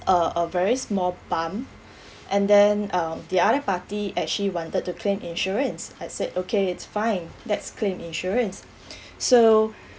a a very small bump and then uh the other party actually wanted to claim insurance I said okay it's fine let's claim insurance so